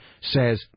says